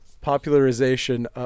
popularization